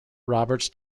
roberts